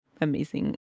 amazing